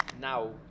now